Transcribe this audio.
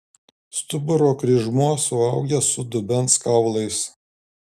stuburo kryžmuo suaugęs su dubens kaulais